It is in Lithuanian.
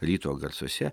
ryto garsuose